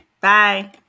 Bye